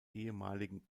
ehemaligen